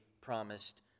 promised